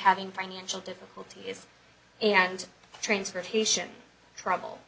having financial difficulties and transportation trouble